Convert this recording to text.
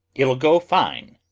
it'll go fine!